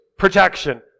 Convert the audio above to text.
Protection